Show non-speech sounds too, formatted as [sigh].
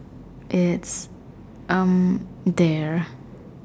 it's um there [breath]